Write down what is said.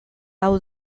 hau